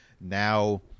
now